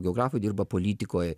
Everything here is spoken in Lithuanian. geografai dirba politikoj